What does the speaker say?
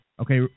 Okay